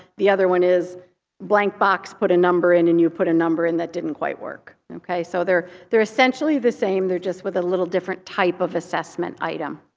the other one is blank box, put a number in, and you put a number in that didn't quite work. so they're they're essentially the same, they're just with a little different type of assessment item.